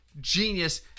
Genius